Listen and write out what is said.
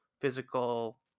physical